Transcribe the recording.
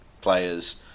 players